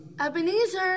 Ebenezer